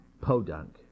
Podunk